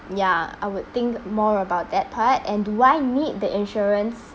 ya I would think more about that part and do I need the insurance